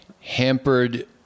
hampered